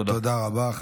תודה רבה.